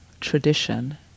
tradition